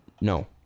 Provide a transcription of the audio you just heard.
No